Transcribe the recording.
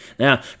Now